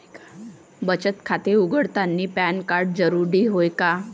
बचत खाते उघडतानी पॅन कार्ड जरुरीच हाय का?